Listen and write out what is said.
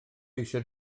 eisiau